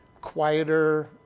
quieter